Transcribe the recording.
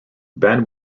benn